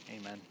Amen